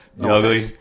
ugly